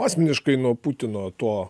asmeniškai nuo putino to